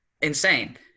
Insane